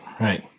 right